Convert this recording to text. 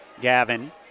Gavin